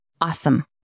Awesome